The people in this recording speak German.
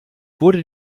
wurde